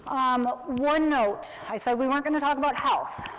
um one note, i said we weren't going to talk about health,